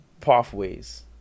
pathways